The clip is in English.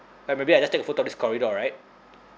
like maybe I just take a photo of this corridor right